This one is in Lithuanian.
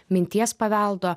minties paveldo